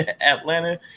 Atlanta